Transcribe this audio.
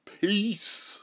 peace